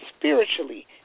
spiritually